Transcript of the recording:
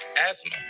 asthma